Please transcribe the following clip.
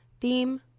Theme